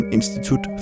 Institut